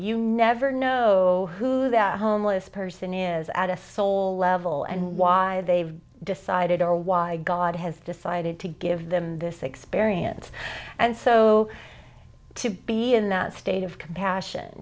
you never know who that homeless person is at a soul level and why they've decided or why god has decided to give them this experience and so to be in that state of compassion